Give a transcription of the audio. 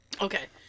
Okay